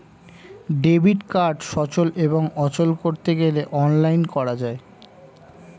debit card সচল এবং অচল করতে গেলে অনলাইন করা যায়